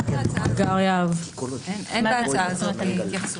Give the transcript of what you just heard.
אין בהצעה הזו התייחסות.